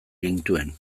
gintuen